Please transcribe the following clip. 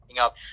Up